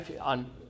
on